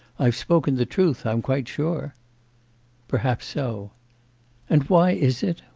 i've spoken the truth, i'm quite sure perhaps so and why is it?